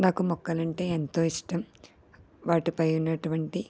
నాకు మొక్కలు అంటే ఎంతో ఇష్టం వాటిపై ఉన్నటువంటి